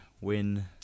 win